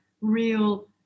real